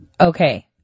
Okay